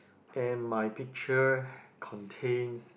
and my picture contains